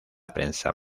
prensa